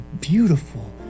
beautiful